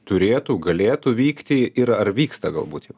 turėtų galėtų vykti ir ar vyksta galbūt jau